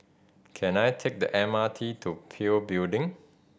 can I take the M R T to PIL Building